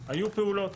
היו פעולות.